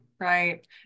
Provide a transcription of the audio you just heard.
Right